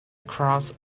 across